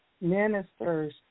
ministers